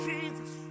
Jesus